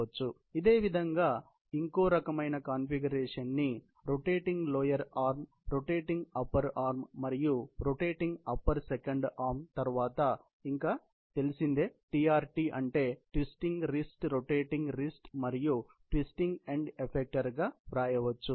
ఇదేవిధంగా ఇంకో రకమైన కాన్ఫిగరేషన్ ని rotating lower arm rotating upper arm మరియు రొటేటింగ్ అప్పర్ సెకండ్ ఆర్మ్ తర్వాత ఇంకా తెలిసిందే టి అర్ టి అంటే ట్విస్టింగ్ రిస్ట్ రొటేటింగ్ రిస్ట్ మరియు ట్విస్టింగ్ ఎండ్ ఎఫెక్టర్ గా వ్రాయవచ్చు